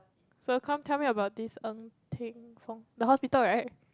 so come tell me about this Ng-Teng-Fong